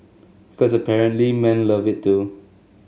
because apparently men love it too